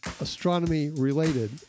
astronomy-related